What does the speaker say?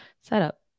setup